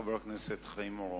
חבר הכנסת חיים אורון.